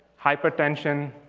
hyper tension,